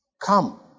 Come